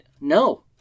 no